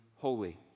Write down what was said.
holy